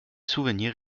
souvenirs